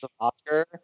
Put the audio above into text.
Oscar